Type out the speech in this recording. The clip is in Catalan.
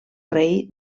rei